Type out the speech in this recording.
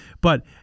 But-